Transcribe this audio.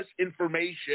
information